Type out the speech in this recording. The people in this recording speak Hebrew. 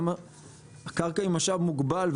הקרקע היא משאב מוגבל,